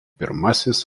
pirmasis